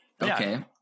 Okay